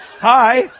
hi